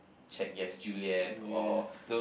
Check Yes Juliet or